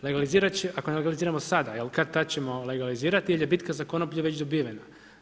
Legalizirati će, ako ne legaliziramo sada, jel kad-tad ćemo legalizirati jer je bitka za konoplju već dobivena.